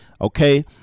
okay